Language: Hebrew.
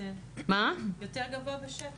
יותר גבוה בשתן.